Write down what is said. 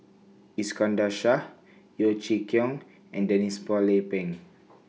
Iskandar Shah Yeo Chee Kiong and Denise Phua Lay Peng